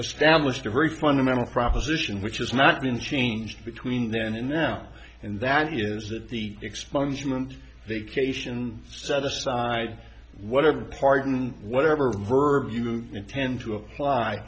very fundamental proposition which has not been changed between then and now and that is that the expungement vacation set aside whatever pardon whatever verb you intend to apply